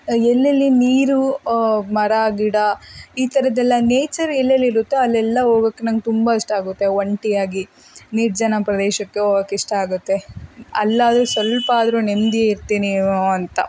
ಎಲ್ಲೆಲ್ಲಿ ನೀರು ಮರ ಗಿಡ ಈ ಥರದ್ದೆಲ್ಲ ನೇಚರ್ ಎಲ್ಲೆಲ್ಲಿರುತ್ತೋ ಅಲ್ಲೆಲ್ಲ ಹೋಗೋಕ್ ನನಗ್ ತುಂಬ ಇಷ್ಟ ಆಗುತ್ತೆ ಒಂಟಿಯಾಗಿ ನಿರ್ಜನ ಪ್ರದೇಶಕ್ಕೆ ಹೋಗೋಕ್ಕೆ ಇಷ್ಟ ಆಗುತ್ತೆ ಅಲ್ಲಾದರು ಸ್ವಲ್ಪ ಆದರು ನೆಮ್ಮದಿ ಇರ್ತೀನಿ ಏನೋ ಅಂತ